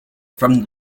from